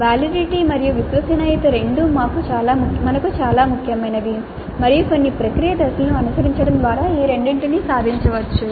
validity మరియు విశ్వసనీయత రెండూ మాకు చాలా ముఖ్యమైనవి మరియు కొన్ని ప్రక్రియ దశలను అనుసరించడం ద్వారా ఈ రెండింటినీ సాధించవచ్చు